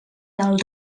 del